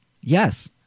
yes